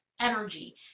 energy